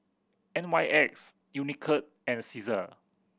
N Y X Unicurd and Cesar